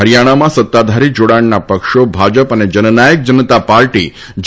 હરીયાણામાં સત્તાધારી જોડાણના પક્ષો ભાજપ અને જનનાયક જનતા પાર્ટી જે